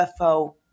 UFO